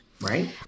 right